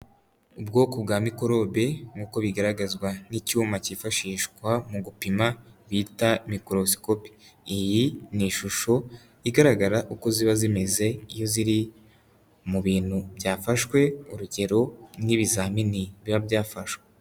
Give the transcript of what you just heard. Ubwoko bwa mikorobe nkuko bigaragazwa n'icyuma cyifashishwa mu gupima bita mikorosikope. Iyi ni ishusho igaragara uko ziba zimeze iyo ziri mu bintu byafashwe urugero nk'ibizamini biba byafashwe.